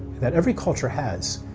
that every culture has,